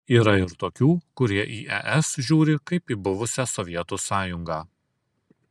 yra ir tokių kurie į es žiūri kaip į buvusią sovietų sąjungą